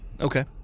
Okay